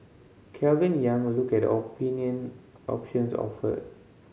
Calvin Yang look at the opinion options offered